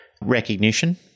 recognition